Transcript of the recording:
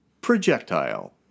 projectile